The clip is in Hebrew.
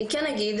אני כן אגיד,